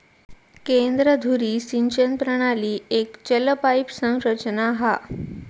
केंद्र धुरी सिंचन प्रणाली एक चल पाईप संरचना हा